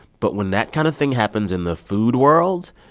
but when that kind of thing happens in the food world,